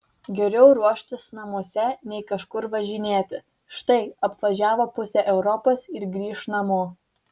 geriau ruoštis namuose nei kažkur važinėti štai apvažiavo pusę europos ir grįš namo